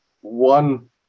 one